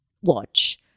watch